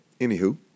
anywho